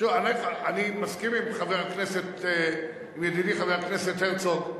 אני מסכים עם ידידי חבר הכנסת הרצוג.